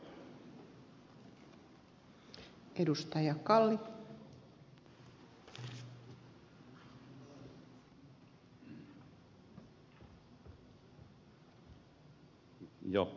arvoisa puhemies